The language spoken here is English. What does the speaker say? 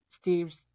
Steve's